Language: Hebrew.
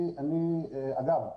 אגב,